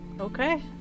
okay